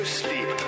sleep